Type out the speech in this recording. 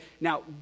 now